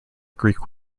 greek